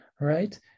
right